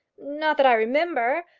not that i remember.